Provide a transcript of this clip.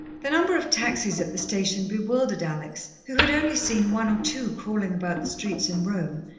the number of taxis at the station bewildered alex, who had only seen one or two crawling about the streets in rome,